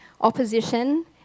opposition